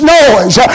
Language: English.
noise